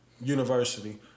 university